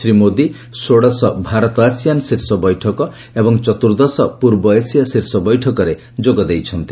ଶ୍ରୀ ମୋଦୀ ଷୋଡ଼ଶ ଭାରତ ଆସିଆନ୍ ଶୀର୍ଷ ବୈଠକ ଏବଂ ଚତ୍ରୁର୍ଦ୍ଦଶ ପୂର୍ବ ଏସିଆ ଶୀର୍ଷ ବୈଠକରେ ଯୋଗ ଦେଇଛନ୍ତି